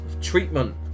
Treatment